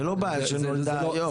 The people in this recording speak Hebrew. זו לא בעיה שנולדה היום.